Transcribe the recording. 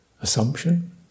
assumption